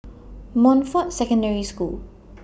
Montfort Secondary School